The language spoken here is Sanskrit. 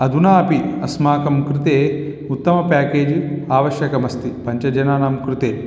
अधुनापि अस्माकं कृते उत्तमं पेकेज् आवश्यकमस्ति पञ्चजनानां कृते